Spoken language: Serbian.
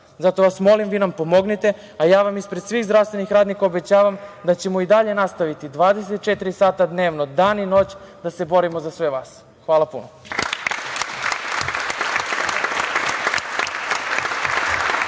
Zato vas molim, vi nam pomognite, a ja vam ispred svih zdravstvenih radnika obećavam da ćemo i dalje nastaviti 24 dnevno, dan i noć da se borimo za sve vas. Hvala puno.